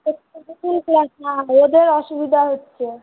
সব কিছুতেই ক্লাস না ওদের অসুবিধা হচ্ছে